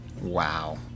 wow